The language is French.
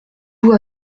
vous